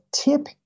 tip